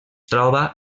troba